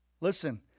listen